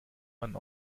man